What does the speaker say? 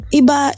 iba